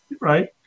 right